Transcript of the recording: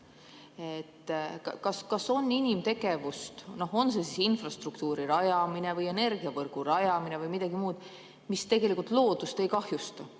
Kas on inimtegevust – on see siis infrastruktuuri rajamine või energiavõrgu rajamine või midagi muud –, mis loodust ei kahjusta?